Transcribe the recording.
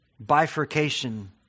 bifurcation